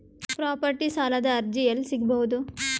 Property ಸಾಲದ ಅರ್ಜಿ ಎಲ್ಲಿ ಸಿಗಬಹುದು?